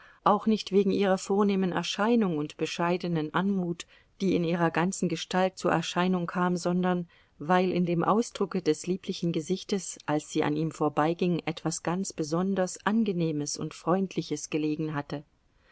auch nicht wegen ihrer vornehmen erscheinung und bescheidenen anmut die in ihrer ganzen gestalt zur erscheinung kam sondern weil in dem ausdrucke des lieblichen gesichtes als sie an ihm vorbeiging etwas ganz besonders angenehmes und freundliches gelegen hatte